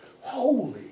holy